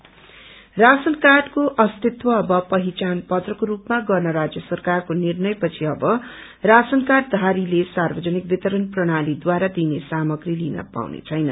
ration card ration कार्डको अस्तित्व अव पहिचान पत्रको रूपमा गर्न राजय सरकारको निर्णय पछि अव राशनकार्डधारीले सार्वजनिक वितरण प्रणालीद्वारा दिइने सामग्री लिन पाईने छैन